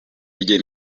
rye